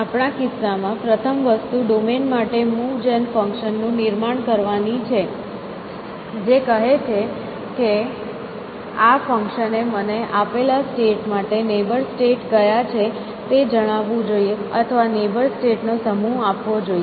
આપણા કિસ્સામાં પ્રથમ વસ્તુ ડોમેન માટે મૂવ જેન ફંક્શન નું નિર્માણ કરવાની છે જે કહે છે કે આ ફંકશને મને આપેલા સ્ટેટ માટે નેબર સ્ટેટ કયા છે તે જણાવવું જોઈએ અથવા નેબર સ્ટેટ નો સમૂહ આપવો જોઈએ